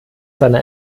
seiner